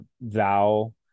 thou